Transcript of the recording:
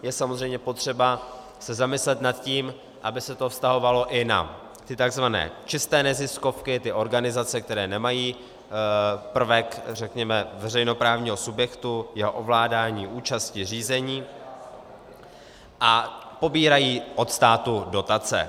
Je samozřejmě potřeba se zamyslet nad tím, aby se to vztahovalo i na ty tzv. čisté neziskovky, ty organizace, které nemají prvek řekněme veřejnoprávního subjektu, jeho ovládání účasti řízení, a pobírají od státu dotace.